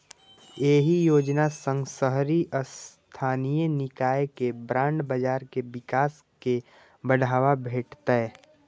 एहि योजना सं शहरी स्थानीय निकाय के बांड बाजार के विकास कें बढ़ावा भेटतै